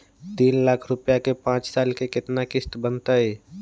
तीन लाख रुपया के पाँच साल के केतना किस्त बनतै?